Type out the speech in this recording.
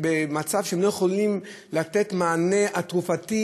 במצב שהם לא יכולים לקבל מענה תרופתי,